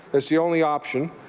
that's the only option.